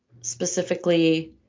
specifically